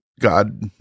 God